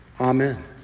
Amen